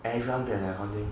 everyone there leh accounting